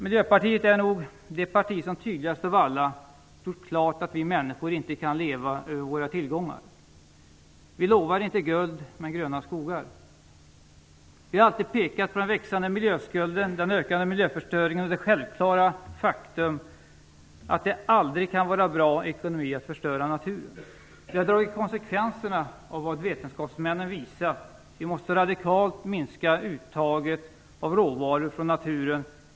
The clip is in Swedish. Miljöpartiet är nog det parti som tydligast av alla gjort klart att vi människor inte kan leva över våra tillgångar. Vi lovar inte guld, men gröna skogar. Vi har alltid pekat på den växande miljöskulden, den ökande miljöförstöringen och det självklara faktum att det aldrig kan vara bra ekonomi att förstöra naturen. Vi har dragit konsekvenserna av vad vetenskapsmännen visat. Vi måste radikalt minska uttaget av råvaror från naturen.